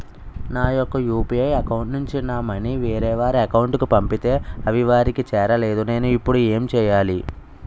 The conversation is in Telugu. నా యెక్క యు.పి.ఐ అకౌంట్ నుంచి నా మనీ వేరే వారి అకౌంట్ కు పంపితే అవి వారికి చేరలేదు నేను ఇప్పుడు ఎమ్ చేయాలి?